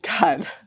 God